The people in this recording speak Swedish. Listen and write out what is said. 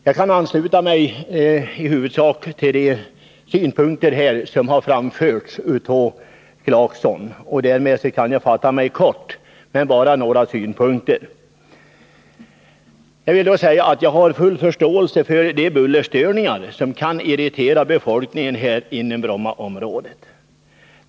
Jag kan i huvudsak ansluta mig till de synpunkter som framförts av Rolf Clarkson och kan därför fatta mig kort — jag skall endast framföra några synpunkter. Jag har full förståelse för att bullerstörningar kan irritera befolkningen inom Brommaområdet.